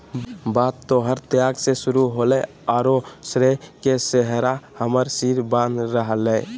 बात तोहर त्याग से शुरू होलय औरो श्रेय के सेहरा हमर सिर बांध रहलय